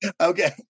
Okay